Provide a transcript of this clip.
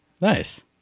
nice